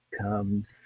comes